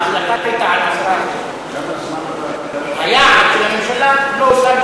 ההחלטה הייתה על 10%. היעד של הממשלה לא הושג,